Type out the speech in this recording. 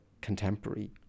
contemporary